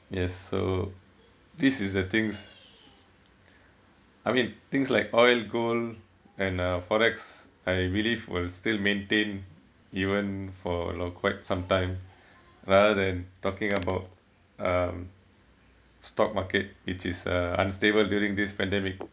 yes so this is the things I mean things like oil gold and uh forex I believe will still maintain even for lo~ quite some time rather than talking about um stock market which is uh unstable during this pandemic